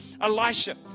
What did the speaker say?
Elisha